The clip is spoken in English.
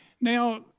Now